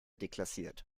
deklassiert